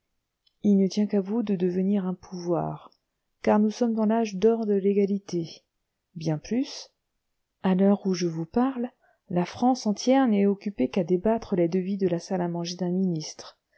il ne tient qu'à vous de devenir un pouvoir car nous sommes dans l'âge d'or de l'égalité bien plus à l'heure où je vous parle la france entière n'est occupée qu'à débattre les devis de la salle à manger d'un ministre